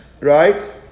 right